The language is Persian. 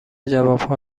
جوابها